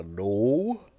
no